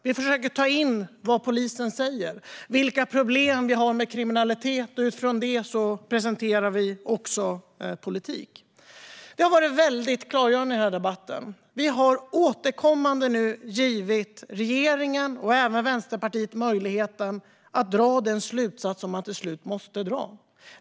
Vi försöker ta in vad polisen säger och vilka problem vi har med kriminalitet. Utifrån det presenterar vi också politik. Vi har i den här debatten återkommande gett regeringen och även Vänsterpartiet möjligheten att dra den slutsats som man till slut måste dra.